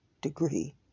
degree